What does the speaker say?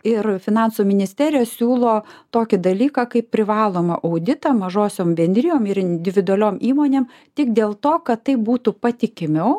ir finansų ministerija siūlo tokį dalyką kaip privalomą auditą mažosiom bendrijom ir individualiom įmonėm tik dėl to kad tai būtų patikimiau